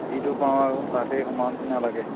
যিটো পাওঁ আৰু তাতে সোমাও নিচিনা লাগে